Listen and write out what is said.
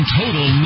total